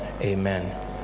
amen